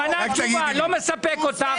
אורית, הוא ענה תשובה, לא מספק אותך?